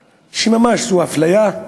שממש, זו אפליה,